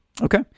Okay